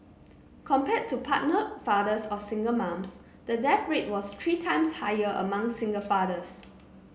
compared to partnered fathers or single moms the death rate was three times higher among single fathers